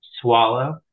Swallow